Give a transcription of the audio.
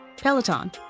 Peloton